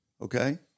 Okay